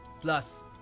Plus